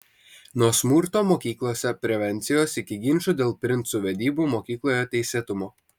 nuo smurto mokyklose prevencijos iki ginčų dėl princų vedybų mokykloje teisėtumo